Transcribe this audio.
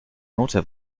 note